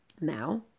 Now